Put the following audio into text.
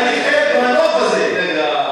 אני חלק מהנוף הזה, רגע.